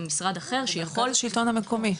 או משרד אחר שיכול --- או השלטון המקומי.